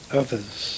others